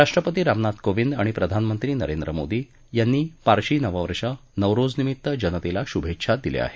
राष्ट्रपती रामनाथ कोविंद आणि प्रधानमंत्री नंरेद्र मोदी यांनी पारशी नववर्ष नवरोझनिमित्त जनतेला शुभेच्छा दिल्या आहेत